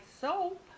soap